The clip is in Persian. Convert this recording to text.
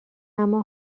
اما